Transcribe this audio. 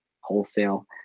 wholesale